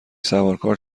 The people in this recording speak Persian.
سوارکار